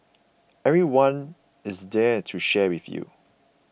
everyone is there to share with you